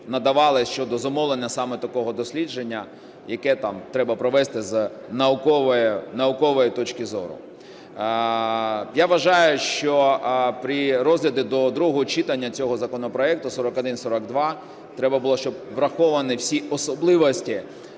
надавали щодо замовлення саме такого дослідження, яке там треба провести з наукової точки зору. Я вважаю, що при розгляді до другого читання цього законопроекту 4142 треба було, щоб були враховані всі особливості